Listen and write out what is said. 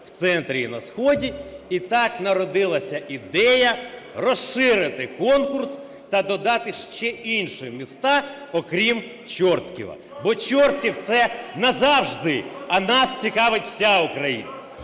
в центрі і на сході. І так народилася ідея розширити конкурс та додати ще інші міста, окрім Чорткова. Бо Чортків, це назавжди, а нас цікавить вся Україна.